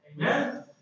Amen